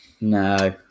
No